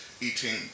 eating